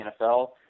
NFL